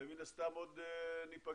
מן הסתם עוד ניפגש.